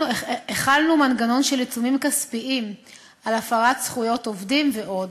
החלנו מנגנון של עיצומים כספיים על הפרת זכויות עובדים ועוד.